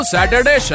Saturday